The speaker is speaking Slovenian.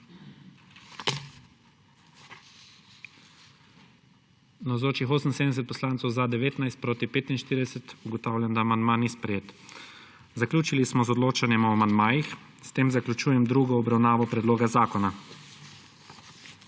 45. (Za je glasovalo 19.) (Proti 45.) Ugotavljam, da amandma ni sprejet. Zaključili smo z odločanjem o amandmajih. S tem zaključujem drugo obravnavo predloga zakona.